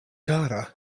kara